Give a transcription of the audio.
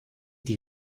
die